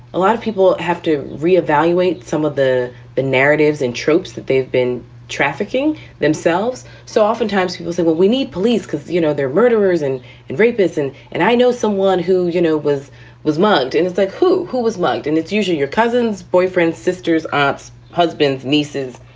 a lot of people have to re-evaluate some of the the narratives and tropes that they've been trafficking themselves. so oftentimes people say, well, we need police because, you know, they're murderers and and rapists. and and i know someone who, you know, was was mugged and it's like who who was mugged? and it's usually your cousin's boyfriend's sisters, aunts, husbands, nieces,